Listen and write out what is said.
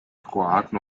kroaten